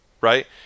right